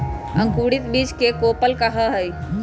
अंकुरित बीज के कोपल कहा हई